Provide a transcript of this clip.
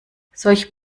solch